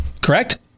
correct